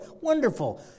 Wonderful